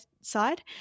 side